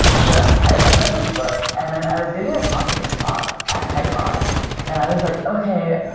so i read this book and then i was giving a conference talk at python and i was like, okay.